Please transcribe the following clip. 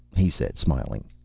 he said, smiling,